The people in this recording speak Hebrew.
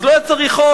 אז לא היה צריך חוק.